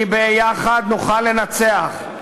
כי ביחד נוכל לנצח.